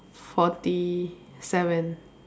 forty seven